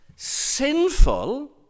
sinful